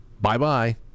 bye-bye